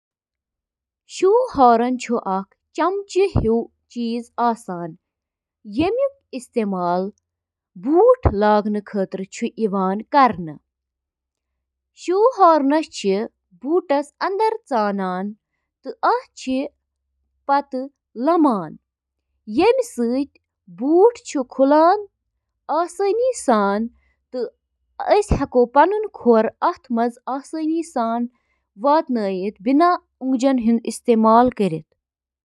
اکھ ٹوسٹر چُھ گرمی پٲدٕ کرنہٕ خٲطرٕ بجلی ہنٛد استعمال کران یُس روٹی ٹوسٹس منٛز براؤن چُھ کران۔ ٹوسٹر اوون چِھ برقی کرنٹ سۭتۍ کوائلن ہنٛد ذریعہٕ تیار گژھن وٲل انفراریڈ تابکٲری ہنٛد استعمال کٔرتھ کھین بناوان۔